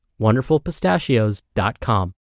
wonderfulpistachios.com